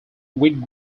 wheat